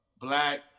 black